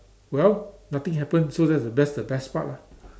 well nothing happen so that's the best the best part lah